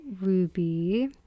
Ruby